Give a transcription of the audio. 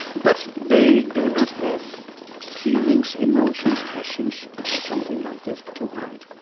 but they do not have feelings, emotions, passions, or something like that to hide.